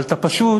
אבל אתה פשוט